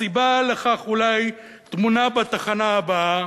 הסיבה לכך אולי טמונה בתחנה הבאה,